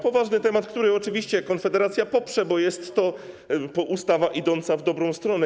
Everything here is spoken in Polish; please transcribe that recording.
Poważny temat, który oczywiście Konfederacja poprze, bo jest to ustawa idąca w dobrą stronę.